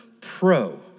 pro